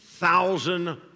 thousand